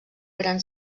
gran